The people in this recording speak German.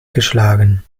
geschlagen